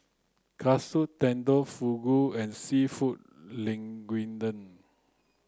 Katsu Tendon Fugu and Seafood Linguine